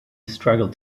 struggled